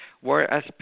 whereas